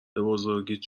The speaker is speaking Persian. بزرگیت